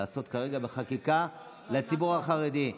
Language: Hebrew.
לעשות כרגע בחקיקה לציבור החרדי,